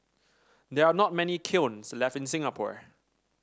there are not many kilns left in Singapore